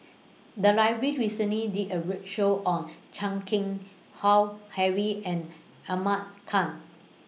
The Library recently did A roadshow on Chan Keng Howe Harry and Ahmad Khan